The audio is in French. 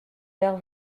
leurs